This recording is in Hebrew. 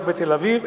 רק בתל-אביב,